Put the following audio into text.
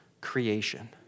creation